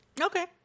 Okay